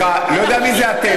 סליחה, אני לא יודע מי זה "אתם".